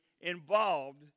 involved